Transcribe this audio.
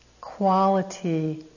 quality